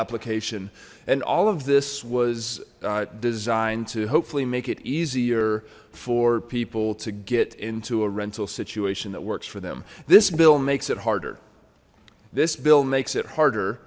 application and all of this was designed to hopefully make it easier for people to get into a rental situation that works for them this bill makes it harder this bill makes it harder